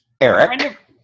Eric